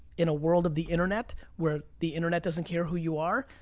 in a world of the internet, where the internet doesn't care who you are,